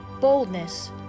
boldness